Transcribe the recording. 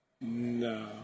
No